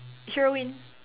sure win